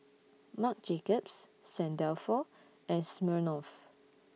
Marc Jacobs Saint Dalfour and Smirnoff